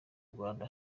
rwanda